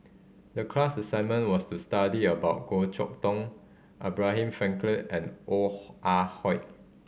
the class assignment was to study about Goh Chok Tong Abraham Frankel and Ong Ah Hoi